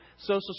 social